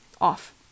off